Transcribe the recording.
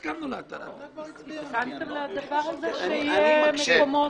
הוסכם בדיון הקודם?